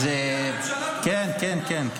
זה לנושא הזה.